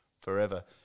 forever